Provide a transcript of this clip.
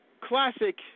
Classic